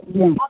ଆଜ୍ଞା